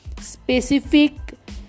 specific